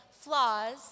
flaws